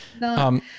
No